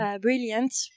Brilliant